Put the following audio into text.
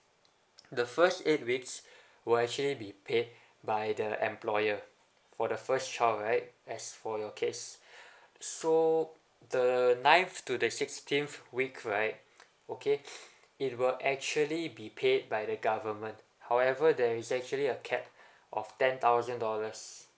the first eight weeks will actually be paid by the employer for the first child right as for your case so the ninth to the sixteenth week right okay it will actually be paid by the government however there is actually a cap of ten thousand dollars